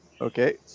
Okay